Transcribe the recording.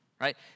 Right